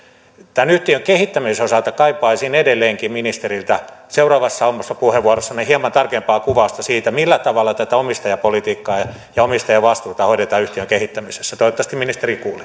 tämän yhtiön kehittämisen osalta kaipaisin edelleenkin ministeriltä seuraavassa omassa puheenvuorossanne hieman tarkempaa kuvausta siitä millä tavalla tätä omistajapolitiikkaa ja ja omistajavastuuta hoidetaan yhtiön kehittämisessä toivottavasti ministeri kuuli